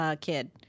kid